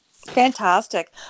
Fantastic